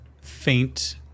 faint